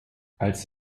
als